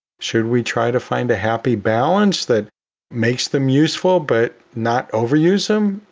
should we try to find a happy balance that makes them useful but not overuse them?